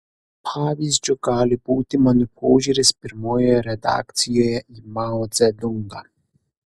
pavyzdžiu gali būti mano požiūris pirmojoje redakcijoje į mao dzedungą